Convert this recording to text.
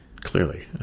clearly